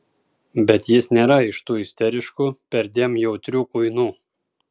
bet jis nėra iš tų isteriškų perdėm jautrių kuinų